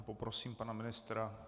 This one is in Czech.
Poprosím pana ministra.